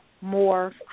more